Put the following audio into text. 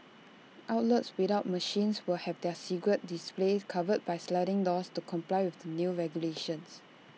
outlets without machines will have their cigarette displays covered by sliding doors to comply with the new regulations